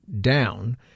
down